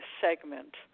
segment